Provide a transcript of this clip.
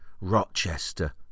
Rochester